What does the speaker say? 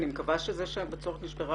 אני מקווה שזה שהבצורת נשברה,